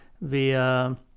via